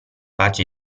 pace